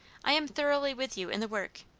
i am thoroughly with you in the work,